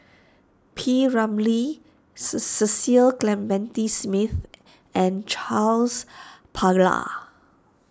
P Ramlee Cecil Clementi Smith and Charles Paglar